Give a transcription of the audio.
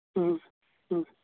ᱦᱮᱸ ᱦᱮᱸ